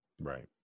Right